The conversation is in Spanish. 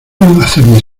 hacerme